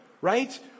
right